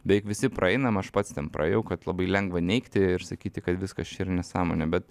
beveik visi praeinam aš pats ten praėjau kad labai lengva neigti ir sakyti kad viskas čia yra nesąmonė bet